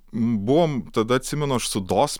buvom tada atsimenu aš su dos